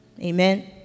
Amen